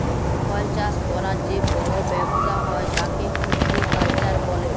ফল চাষ ক্যরার যে বড় ব্যবসা হ্যয় তাকে ফ্রুটিকালচার বলে